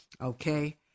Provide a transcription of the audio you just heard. Okay